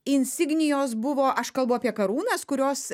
insignijos buvo aš kalbu apie karūnas kurios